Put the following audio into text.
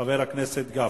חבר הכנסת גפני.